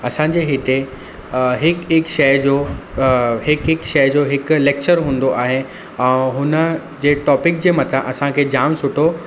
असांजे हिते हिकु हिकु शइ जो हिकु हिकु शइ जो हिकु लैक्चर हूंदो आहे ऐं हुनजे टॉपिक जे मथां असांखे जाम सुठो